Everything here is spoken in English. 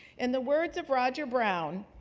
in the words of roger brown,